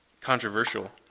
controversial